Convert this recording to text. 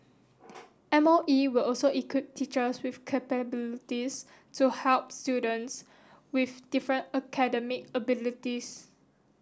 M O E will also equip teachers with capabilities to help students with different academic abilities